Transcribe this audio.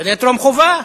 גני טרום-חובה,